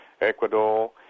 Ecuador